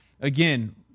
Again